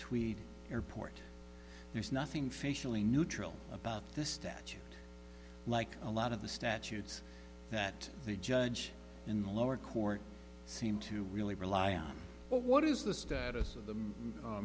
tweet airport there's nothing facially neutral about this statue like a lot of the statutes that the judge in the lower court seem to really rely on what is the status of the